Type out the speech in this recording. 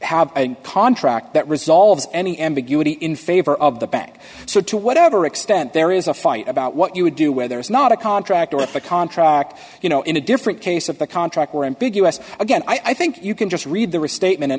have a contract that resolves any ambiguity in favor of the bank so to whatever extent there is a fight about what you would do where there is not a contract or a contract you know in a different case of the contract or ambiguous again i think you can just read the restatement and